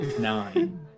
Nine